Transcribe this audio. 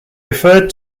referred